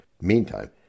Meantime